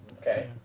Okay